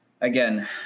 again